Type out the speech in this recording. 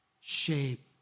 Shape